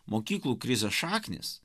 mokyklų krizės šaknys